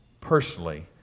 personally